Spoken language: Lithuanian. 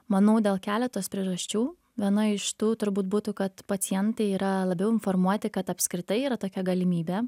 manau dėl keletos priežasčių viena iš tų turbūt būtų kad pacientai yra labiau informuoti kad apskritai yra tokia galimybė